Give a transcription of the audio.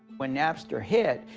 when napster hit,